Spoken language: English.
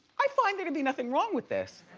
i find there to be nothing wrong with this.